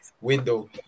window